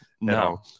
No